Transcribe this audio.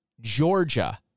Georgia